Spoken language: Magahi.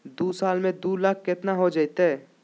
दू साल में दू लाख केतना हो जयते?